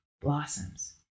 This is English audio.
blossoms